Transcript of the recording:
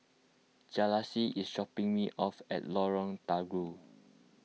Jalisa is dropping me off at Lorong Terigu